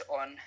on